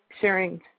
sharing